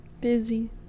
Busy